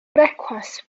brecwast